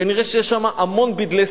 כנראה יש שם המון בדלי סיגריות,